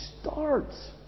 starts